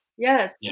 Yes